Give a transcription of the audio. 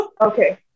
Okay